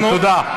תודה.